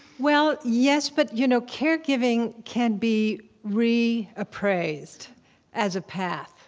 well, yes, but you know caregiving can be reappraised as a path